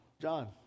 John